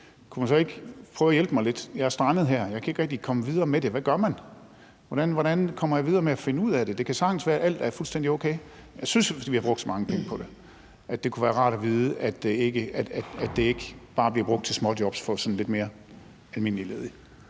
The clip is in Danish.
kunne man så ikke prøve at hjælpe mig lidt. Jeg er strandet her; jeg kan ikke rigtig komme videre med det. Hvad gør man? Hvordan kommer jeg videre med at finde ud af det? Det kan sagtens være, at alt er fuldstændig okay, men jeg synes, vi har brugt så mange penge på det, at det kunne det være rart at vide, at det ikke bare bliver brugt til småjobs for sådan lidt mere almindelige ledige.